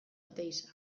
oteiza